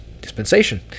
dispensation